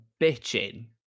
bitching